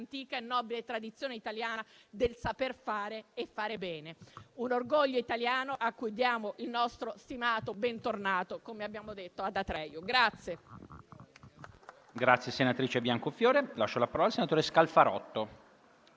dell'antica e nobile tradizione italiana del saper fare e fare bene. È un orgoglio italiano cui diamo il nostro stimato bentornato, come abbiamo detto alla manifestazione